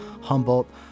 Humboldt